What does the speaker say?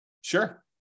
Sure